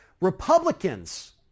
Republicans